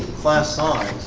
class size?